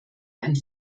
ein